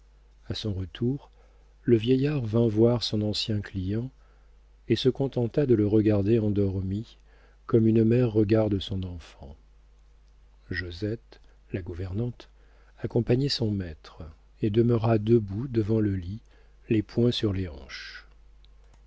a son retour le vieillard vint voir son ancien client et se contenta de le regarder endormi comme une mère regarde son enfant josette la gouvernante accompagnait son maître et demeura debout devant le lit les poings sur les hanches